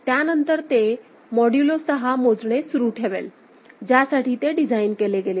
त्यानंतर ते मॉड्युलो 6 मोजणे सुरू ठेवेल ज्यासाठी ते डिझाइन केले गेले होते